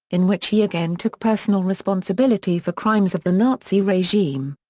in which he again took personal responsibility for crimes of the nazi regime.